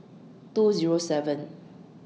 two Zero seven